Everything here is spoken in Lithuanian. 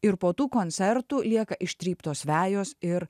ir po tų koncertų lieka ištryptos vejos ir